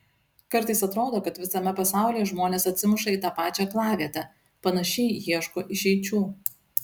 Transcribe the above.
kartais atrodo kad visame pasaulyje žmonės atsimuša į tą pačią aklavietę panašiai ieško išeičių